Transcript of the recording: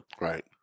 Right